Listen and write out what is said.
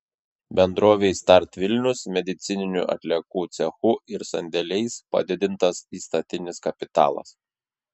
bendrovei start vilnius medicininių atliekų cechu ir sandėliais padidintas įstatinis kapitalas